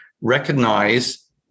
recognize